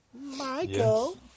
Michael